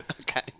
Okay